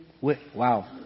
wow